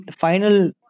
final